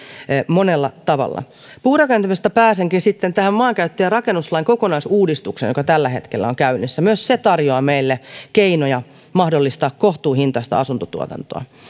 monella tavalla puurakentamisesta pääsenkin sitten tähän maankäyttö ja rakennuslain kokonaisuudistukseen joka tällä hetkellä on käynnissä myös se tarjoaa meille keinoja mahdollistaa kohtuuhintaista asuntotuotantoa